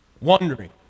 wondering